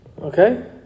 Okay